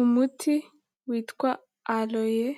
Umuti witwa Aloe